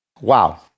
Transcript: Wow